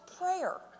prayer